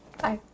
Bye